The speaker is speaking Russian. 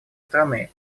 страны